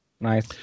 Nice